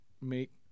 make